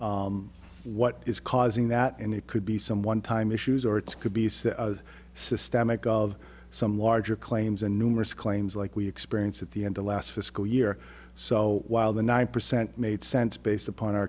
what is causing that and it could be some one time issues or it could be said systemic of some larger claims and numerous claims like we experienced at the end the last fiscal year so while the nine percent made sense based upon our